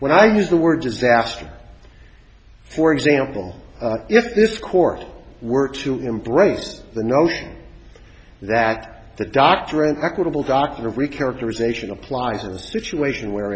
when i use the word disaster for example if this court were to embrace the notion that the doctrine equitable documentary characterization applies in a situation where